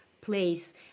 place